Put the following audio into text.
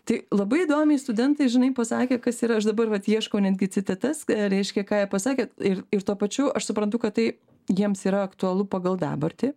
tai labai įdomiai studentai žinai pasakė kas yra aš dabar vat ieškau netgi citatas reiškia ką jie pasakė ir tuo pačiu aš suprantu kad tai jiems yra aktualu pagal dabartį